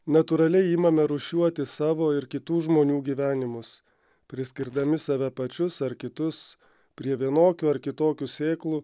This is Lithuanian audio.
natūraliai imame rūšiuoti savo ir kitų žmonių gyvenimus priskirdami save pačius ar kitus prie vienokių ar kitokių sėklų